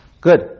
good